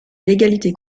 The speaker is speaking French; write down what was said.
légalité